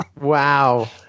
Wow